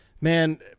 man